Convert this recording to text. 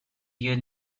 you